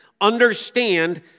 understand